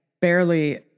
barely